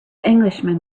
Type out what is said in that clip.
englishman